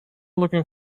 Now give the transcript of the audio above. looking